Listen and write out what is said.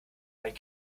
ein